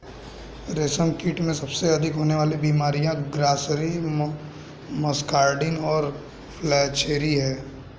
रेशमकीट में सबसे अधिक होने वाली बीमारियां ग्रासरी, मस्कार्डिन और फ्लैचेरी हैं